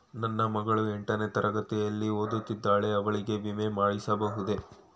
ನನ್ನ ಮಗಳು ಎಂಟನೇ ತರಗತಿಯಲ್ಲಿ ಓದುತ್ತಿದ್ದಾಳೆ ಅವಳಿಗೆ ವಿಮೆ ಮಾಡಿಸಬಹುದೇ?